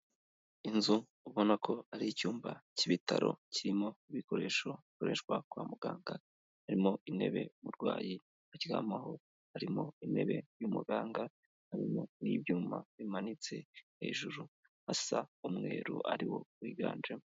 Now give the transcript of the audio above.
Inzu ubona ko ari icyumba cy'ibitaro, kirimo ibikoresho bikoreshwa kwa muganga, harimo intebe umurwayi aryamaho, harimo intebe y'umuganga, harimo n'ibyuma bimanitse hejuru, hasa umweru ari wo wiganjemo.